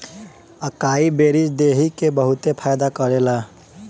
अकाई berries देहि के बहुते फायदा करेला